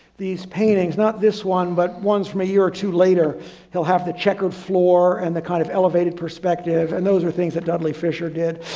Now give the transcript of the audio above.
these paintings, not this one, but ones from a year or two later they'll have the checkered floor and the kind of elevated perspective and those are things that dudley fisher did.